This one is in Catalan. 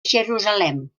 jerusalem